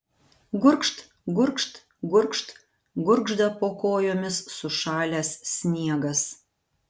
gurgžt gurgžt gurgžt gurgžda po kojomis sušalęs sniegas